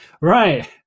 right